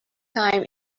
time